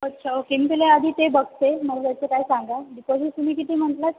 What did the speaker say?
अच्छा ओके मी पहिलं आधी ते बघते मग याचं काय सांगा डिपॉझिट तुम्ही किती म्हटलंत